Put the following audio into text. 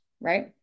right